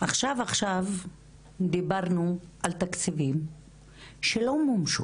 עכשיו-עכשיו דיברנו על תקציבים שלא מומשו,